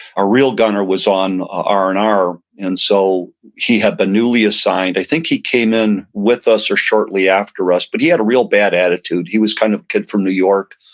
our real gunner was on r and r. and so he had been newly assigned. i think he came in with us or shortly after us. but he had a real bad attitude. he was a kind of kid from new york.